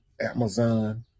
Amazon